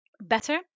better